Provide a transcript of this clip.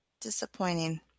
Disappointing